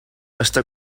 està